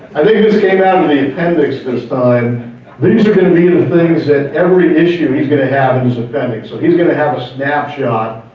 i think this came out of the appendix this time these are convenient things that every issue he's gonna have in his appendix. so he's gonna have a snapshot,